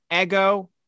ego